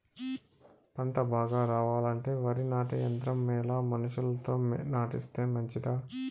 పంట బాగా రావాలంటే వరి నాటే యంత్రం మేలా మనుషులతో నాటిస్తే మంచిదా?